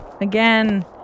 Again